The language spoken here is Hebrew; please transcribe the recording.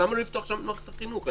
למה לא לפתוח שם מערכת החינוך?